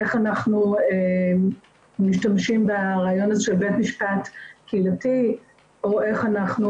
איך אנחנו משתמשים ברעיון של בית משפט קהילתי או איך אנחנו